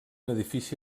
edifici